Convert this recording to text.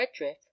Redriff